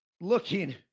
looking